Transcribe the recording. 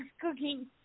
cooking